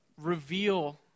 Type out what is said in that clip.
reveal